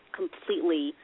completely